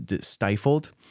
stifled